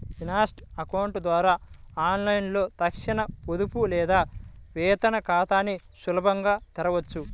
Insta account ద్వారా ఆన్లైన్లో తక్షణ పొదుపు లేదా వేతన ఖాతాని సులభంగా తెరవొచ్చు